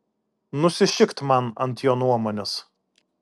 nusišikt man ant jo nuomonės